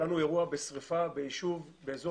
לפני ארבעה חודשים היה לנו אירוע שריפה בישוב באזור